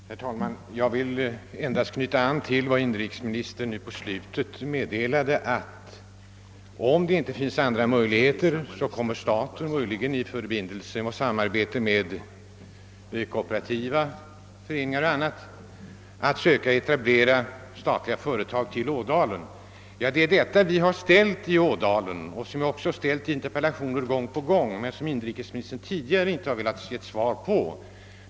Herr talman! Jag vill endast knyta an till vad inrikesministern nu meddelade, nämligen att om det inte finns andra möjligheter kommer staten — eventuellt i samarbete med kooperativa organisationer o. d. — att söka etablera statliga företag i Ådalen. Det är ju sådana förslag beträffande Ådalen som vi gång på gång framfört, bl.a. i interpellationer, men inrikesministern har tidigare inte velat ge något svar härvidlag.